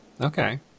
Okay